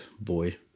boy